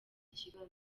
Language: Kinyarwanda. kibazo